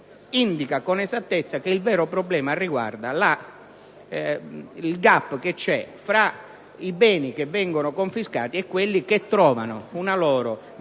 indica con esattezza che il vero problema riguarda il *gap* che c'è fra i beni che vengono confiscati e quelli che trovano una loro definitiva